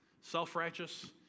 Self-righteous